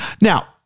Now